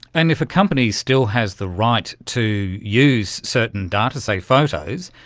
and if a company still has the right to use certain data, say photos,